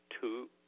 Two